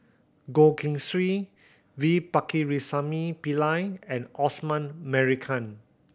Goh Keng Swee V Pakirisamy Pillai and Osman Merican